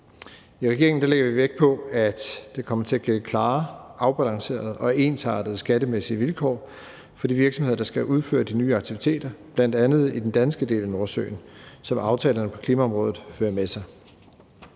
I regeringen lægger vi vægt på, at der kommer til at gælde klare, afbalancerede og ensartede skattemæssige vilkår for de virksomheder, der skal udføre de nye aktiviteter i bl.a. den danske del af Nordsøen, som aftalerne på klimaområdet fører med sig.